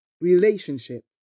relationship